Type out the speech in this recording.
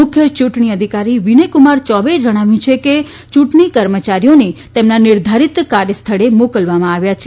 મુખ્ય ચૂંટણી અધિકારી વિનયકુમાર ચૌબેએ જણાવ્યું છે કે ચૂંટણી કર્મચારીઓને તેમના નિર્ધારિત કાર્યસ્થળે મોકલવામાં આવ્યા છે